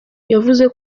yavuze